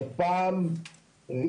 זו לא פעם ראשונה,